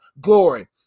glory